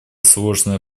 сложная